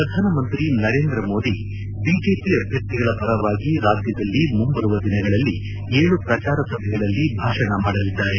ಪ್ರಧಾನಮಂತ್ರಿ ನರೇಂದ್ರ ಮೋದಿ ಬಿಜೆಪಿ ಅಭ್ಯರ್ಥಿಗಳ ಪರವಾಗಿ ರಾಜ್ಯದಲ್ಲಿ ಮುಂಬರುವ ದಿನಗಳಲ್ಲಿ ಏಳು ಪ್ರಚಾರ ಸಭೆಗಳಲ್ಲಿ ಭಾಷಣ ಮಾಡಲಿದ್ದಾರೆ